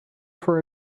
for